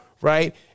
Right